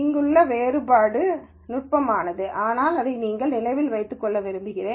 இங்குள்ள வேறுபாடு நுட்பமானது ஆனால் இதை நீங்கள் நினைவில் வைத்துக் கொள்ள விரும்புகிறேன்